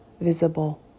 visible